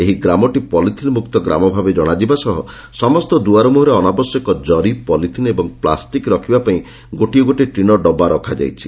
ଏହି ଗ୍ରାମଟି ପଲିଥିନ ମୁକ୍ତ ଗ୍ରାମଭାବେ ଜଶାଯିବା ସହ ସମସ୍ତ ଦୁଆର ମୁହଁରେ ଅନାବଶ୍ୟକ ଜରି ପଲିଥିନ ଏବଂ ପ୍ଲାଷ୍ଟିକ ରଖିବା ପାଇଁ ଗୋଟିଏ ଗୋଟିଏ ଟିଣ ଡବା ରଖାଯାଇଛି